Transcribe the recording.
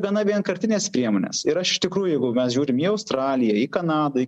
gana vienkartines priemones ir aš iš tikrųjų jeigu mes žiūrim į australiją į kanadą į